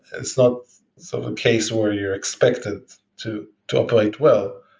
it's not so a case where you're expected to to apply it well.